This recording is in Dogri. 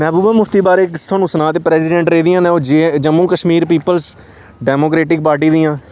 महबूबा मुफ्त बारे च थुआूं सनां ते प्रैसिडेंट रेह्दियां न ओह् जे Jammu Kashmir peoples democratic party दियां